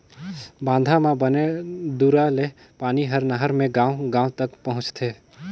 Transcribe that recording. बांधा म बने दूरा ले पानी हर नहर मे गांव गांव तक पहुंचथे